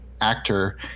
actor